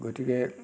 গতিকে